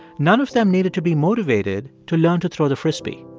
none of them needed to be motivated to learn to throw the frisbee.